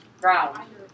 ground